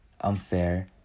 unfair